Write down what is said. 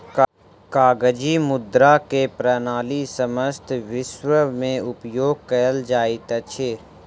कागजी मुद्रा के प्रणाली समस्त विश्व में उपयोग कयल जाइत अछि